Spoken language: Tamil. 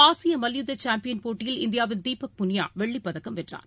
ஆசியமல்யுத்தசாம்பியன் போட்டியில் இந்தியாவின் தீபக் புனியாவெள்ளிப் பதக்கம் வென்றார்